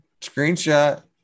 Screenshot